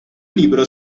libro